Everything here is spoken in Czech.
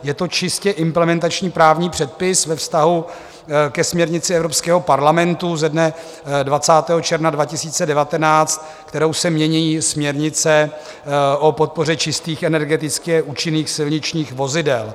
Je to čistě implementační právní předpis ve vztahu ke směrnici Evropského parlamentu ze dne 20. června 2019, kterou se mění směrnice o podpoře čistých, energeticky účinných silničních vozidel.